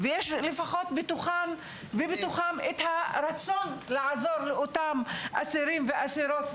ויש בתוכם לפחות הרצון לעזור לאותם אסירים ואסירות,